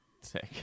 Sick